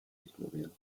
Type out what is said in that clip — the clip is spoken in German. ignorieren